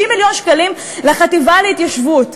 50 מיליון שקלים לחטיבה להתיישבות,